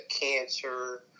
cancer